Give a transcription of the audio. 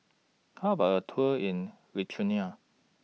How about A Tour in Lithuania